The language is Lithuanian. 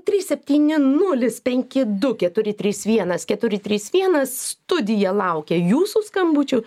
trys septyni nulis penki du keturi trys vienas keturi trys vienas studija laukia jūsų skambučių